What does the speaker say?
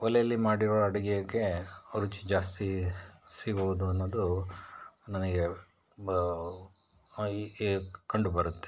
ಒಲೆಯಲ್ಲಿ ಮಾಡಿರೋ ಅಡುಗೆಗೆ ರುಚಿ ಜಾಸ್ತಿ ಸಿಗುವುದು ಅನ್ನೋದು ನನಗೆ ಬಾ ಹೀಗೆ ಕಂಡು ಬರುತ್ತೆ